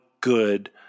good